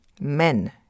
Men